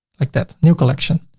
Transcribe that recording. like that. new collection.